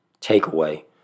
takeaway